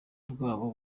bwabo